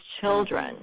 children